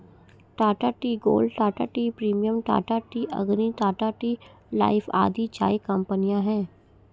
Tata tea gold, Tata tea premium, Tata tea Agni, Tata tea life आदि चाय कंपनियां है